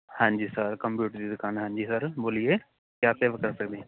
ਹਾਂਜੀ sir computer ਦੀ ਦੁਕਾਨ ਹਾਂਜੀ ਸਰ ਬੋਲੀਏ ਕਿਆ ਸੇਵਾ ਕਰ ਸਕਦੇ ਆਪਾਂ